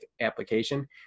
application